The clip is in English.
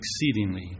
exceedingly